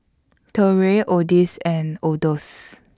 Torrey Odis and Odus